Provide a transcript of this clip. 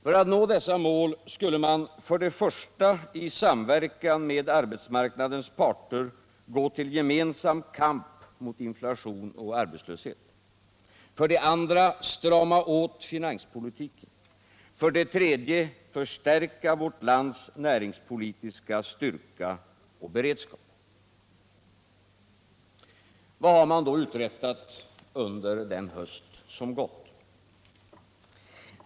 För att nå dessa mål skulle man för det första i samverkan med arbetsmarknadens parter gå till gemensam kamp mot inflation och arbetslöshet, för det andra strama åt finanspolitiken och för det tredje förstärka vårt lands näringspolitiska styrka och beredskap. Vad har man då uträttat under den gångna hösten?